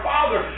Father